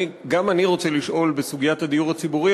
גם אני רוצה לשאול בסוגיית הדיור הציבורי,